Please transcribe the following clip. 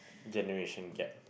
generation gap